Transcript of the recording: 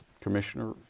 Commissioner